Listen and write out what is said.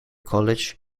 college